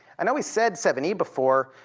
i know we said seven e before